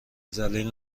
ذلیل